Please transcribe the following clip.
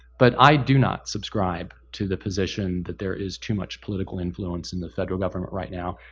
but i do not subscribe to the position that there is too much political influence in the federal government right now.